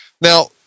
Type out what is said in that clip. Now